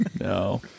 No